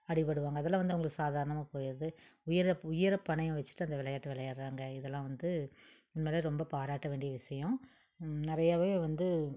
அடிபடுவாங்க அதெல்லாம் வந்து அவங்களுக்கு சாதாரணமாக போயிடுது உயிரை உயிரை பணையம் வச்சிட்டு அந்த விளையாட்டு விளையாட்றாங்க இதெல்லாம் வந்து உண்மையிலே ரொம்ப பாராட்ட வேண்டிய விஷயம் நிறையவே வந்து